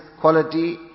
quality